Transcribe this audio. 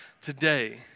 today